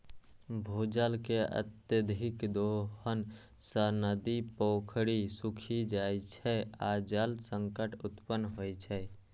भूजल के अत्यधिक दोहन सं नदी, पोखरि सूखि जाइ छै आ जल संकट उत्पन्न होइ छै